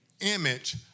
Image